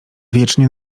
wiecznie